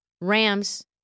Rams